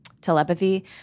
telepathy